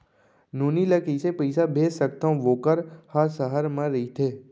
नोनी ल कइसे पइसा भेज सकथव वोकर ह सहर म रइथे?